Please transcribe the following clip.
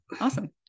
Awesome